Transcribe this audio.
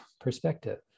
perspective